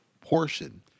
portion